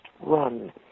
run